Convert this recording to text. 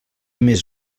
més